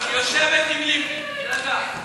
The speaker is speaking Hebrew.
היא יושבת עם לבני, תירגע.